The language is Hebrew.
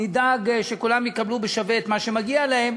נדאג שכולם יקבלו שווה בשווה את מה שמגיע להם.